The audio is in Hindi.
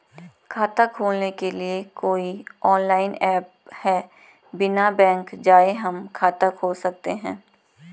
खाता खोलने के लिए कोई ऑनलाइन ऐप है बिना बैंक जाये हम खाता खोल सकते हैं?